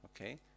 Okay